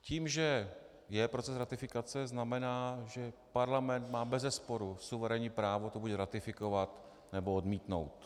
Tím, že je proces ratifikace, znamená to, že Parlament má bezesporu suverénní právo to buď ratifikovat, nebo odmítnout.